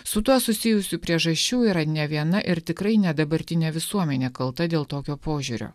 su tuo susijusių priežasčių yra ne viena ir tikrai ne dabartinė visuomenė kalta dėl tokio požiūrio